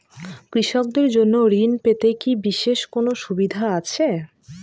কৃষকদের জন্য ঋণ পেতে কি বিশেষ কোনো সুবিধা আছে?